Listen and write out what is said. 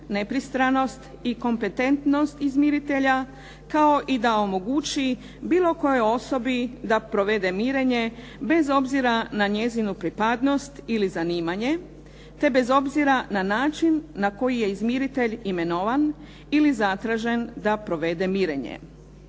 nepristranost i kompetentnost izmiritelja kao i da omogući bilo kojoj osobi da provede mirenje bez obzira na njezinu pripadnost ili zanimanje te bez obzira na način na koji je izmiritelj imenovan ili zatražen da provede mirenje.